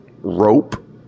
rope